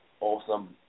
Awesome